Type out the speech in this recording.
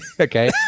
Okay